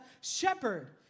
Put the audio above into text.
shepherd